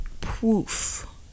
proof